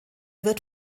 wird